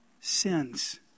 Sins